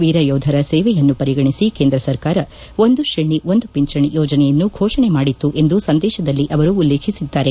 ವೀರಯೋಧರ ಸೇವೆಯನ್ನು ಪರಿಗಣಿಸಿ ಕೇಂದ್ರ ಸರ್ಕಾರ ಒಂದು ತ್ರೇಣಿ ಒಂದು ಪಿಂಚಣಿ ಯೋಜನೆಯನ್ನು ಫೋಷಣೆ ಮಾಡಿತ್ತು ಎಂದು ಸಂದೇಶದಲ್ಲಿ ಅವರು ಉಲ್ಲೇಖಿಸಿದ್ದಾರೆ